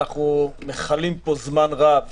אנחנו מכלים פה זמן רב